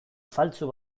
faltsu